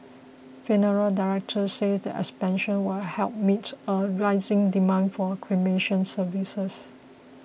funeral directors said the expansion will help meet a rising demand for cremation services